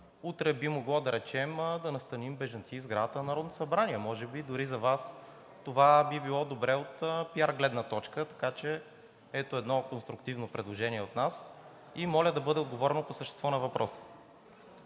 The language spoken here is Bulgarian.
утре би могло, да речем, да настаним бежанци и в сградата на Народното събрание – може би дори за Вас това би било добре от пиар гледна точка, така че ето едно конструктивно предложение от нас и моля да бъде отговорено по същество на въпроса.